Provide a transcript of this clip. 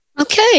Okay